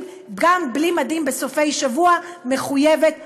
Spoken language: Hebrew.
גם בלי מדים בסופי שבוע מחויבת המציאות,